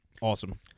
awesome